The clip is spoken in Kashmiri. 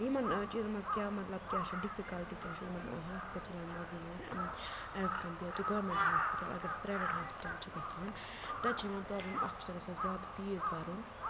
یِمَن چیٖزَن منٛز کیٛاہ مطلب کیٛاہ چھِ ڈِفِکَلٹی کیٛاہ چھےٚ یِمَن ہاسپِٹلَن منٛز یِوان as compared to government hospital اگر أسۍ پرٛایویٹ ہاسپِٹَل چھِ گژھان تَتہِ چھِ یِوان پرٛابلِم اَکھ چھِ تَتہِ آسان زیادٕ فیٖس بَرُن